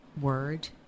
word